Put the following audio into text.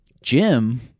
Jim